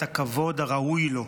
את הכבוד שהוא ראוי לו,